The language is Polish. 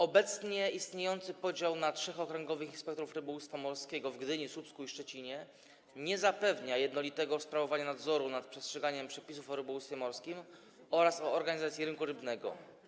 Obecnie istniejący podział na trzech okręgowych inspektorów rybołówstwa morskiego w Gdyni, Słupsku i Szczecinie nie zapewnia jednolitego sprawowania nadzoru nad przestrzeganiem przepisów o rybołówstwie morskim oraz o organizacji rynku rybnego.